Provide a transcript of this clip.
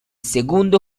segundo